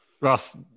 Ross